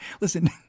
Listen